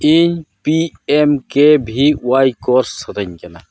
ᱤᱧ P M K V Y course ᱥᱟᱱᱟᱧ ᱠᱟᱱᱟ